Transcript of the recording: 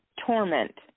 torment